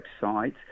website